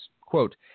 Quote